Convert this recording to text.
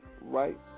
right